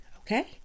Okay